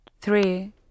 Three